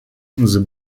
the